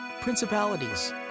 Principalities